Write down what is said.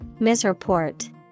Misreport